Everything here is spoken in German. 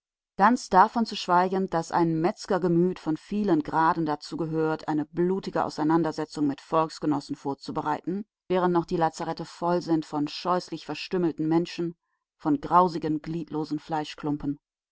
ganz davon zu schweigen daß ein metzgergemüt von vielen graden dazu gehört eine blutige auseinandersetzung mit volksgenossen vorzubereiten während noch die lazarette voll sind von scheußlich verstümmelten menschen von grausigen